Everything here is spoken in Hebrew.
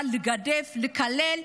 אבל לגדף, לקלל,